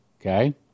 okay